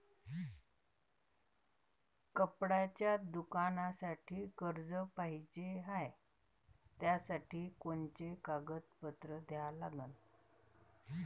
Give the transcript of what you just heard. कपड्याच्या दुकानासाठी कर्ज पाहिजे हाय, त्यासाठी कोनचे कागदपत्र द्या लागन?